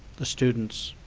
the students,